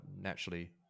naturally